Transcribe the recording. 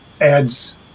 adds